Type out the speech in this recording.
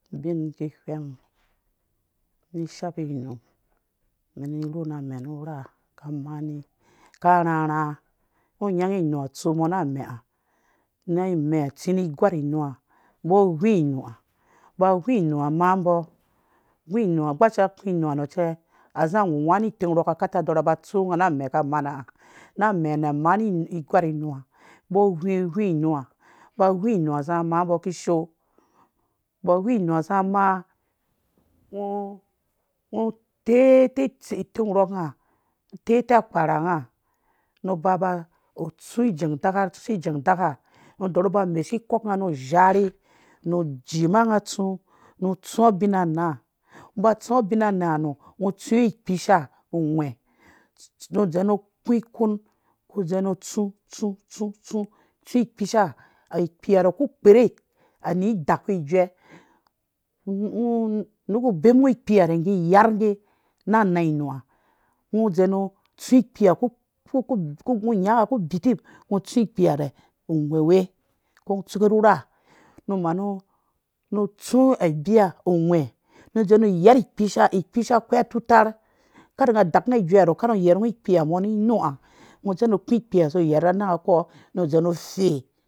Ubin mun ki whɛng rhi shapi inu mɛn rhuna amɛɛ nu rha ka mani ka rharha ngɔ nyangi inuha tsu mɔ na amɛha na amɛ tsi nu igwar inua mbɔ wii inuha gbasha ku inuha cɛ zaz wuwani itim rhɔnga kaka dɔrha ba tsu nga na amɛ ka mana na amɛ mɔ mani igwar inuha mbɔ wii inuha ba wii inuu ha za maa mbɔ kishoo mbɔ wii inu ha za maa ngɔ ngɔ terh te itim rhɔk ngɔ terhto akparha ngo nu ba ba tsusu ijeng daka tsusu ijeng daka nu dɔrhu ba mesi ikɔk nga nu zharhe nu jima nga tsu nu tsu abin anaa ba sing abin anaa nɔ ngɔ tsuwe ikpisha ughwe nu wandzen ku ikon tsu tsu tsu tsu ikpia ikpiharhɔ awu ku kperhek ani dakuwe ijjue ngɔ inepu bemu ngɔ. ikpiha rhɔ ngge na anaa inu ha ngo nga nga ku bitiu ngo tsu ikpiha rha whewe ko ngo tsuke nu rhe nu manu tsu abiya ugwhɛ nu wendzen yak ikpisha ikpisha akwai atutarh kada ngaa daku nga ijuɛ ha rhɔ kada ngɔ kada ngɔ yerha ngo ikpia mɔ ni nuho wendzen nu fe,